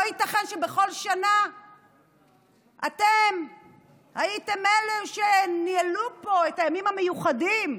לא ייתכן שבכל שנה אתם הייתם אלו שניהלו פה את הימים המיוחדים,